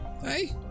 Hey